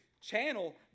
channel